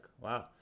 wow